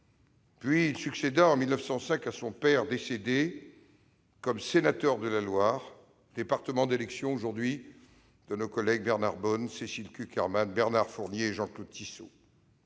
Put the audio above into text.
puis il succéda en 1905 à son père, récemment décédé, comme sénateur de la Loire, département d'élection de nos collègues Bernard Bonnne, Cécile Cukierman, Bernard Fournier et Jean-Claude Tissot.